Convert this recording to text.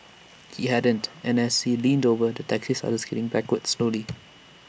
he hadn't and as he leaned over the taxi started sliding backwards slowly